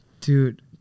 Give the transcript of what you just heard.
Dude